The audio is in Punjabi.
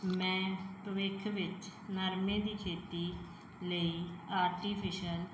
ਮੈਂ ਭਵਿੱਖ ਵਿੱਚ ਨਰਮੇ ਦੀ ਖੇਤੀ ਲਈ ਆਰਟੀਫਿਸ਼ਅਲ